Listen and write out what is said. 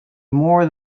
more